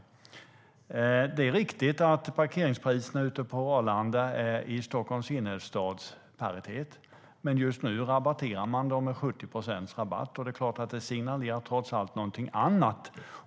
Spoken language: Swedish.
Det är riktigt att parkeringspriserna ute på Arlanda är i paritet med dem i Stockholms innerstad. Men just nu rabatterar man dem med 70 procent, och det signalerar trots allt någonting annat.